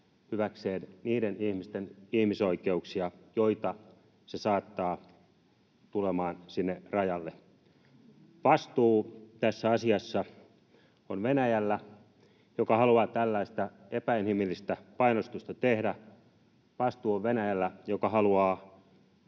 hyväkseen niiden ihmisten ihmisoikeuksia, joita se saattaa tulemaan sinne rajalle. Vastuu tässä asiassa on Venäjällä, joka haluaa tällaista epäinhimillistä painostusta tehdä. Vastuu on Venäjällä, joka haluaa